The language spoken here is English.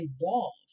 involved